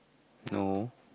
no